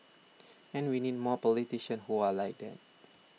and we need more politicians who are like that